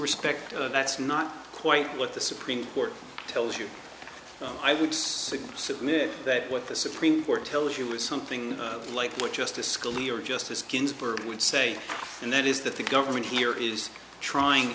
respect that's not quite what the supreme court tells you i would submit that what the supreme court tells you is something like what justice scalia or justice ginsburg would say and that is that the government here is trying